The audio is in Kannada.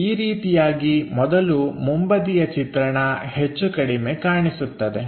ಈ ರೀತಿಯಾಗಿ ಮೊದಲು ಮುಂಬದಿಯ ಚಿತ್ರಣ ಹೆಚ್ಚುಕಡಿಮೆ ಕಾಣಿಸುತ್ತದೆ